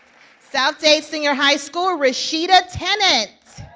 south dade senior high school, rashida tennant.